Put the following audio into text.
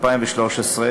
התשע"ד 2013,